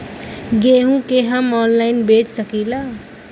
गेहूँ के हम ऑनलाइन बेंच सकी ला?